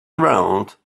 around